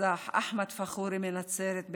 נרצח אחמד פאחורי מנצרת,